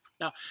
Now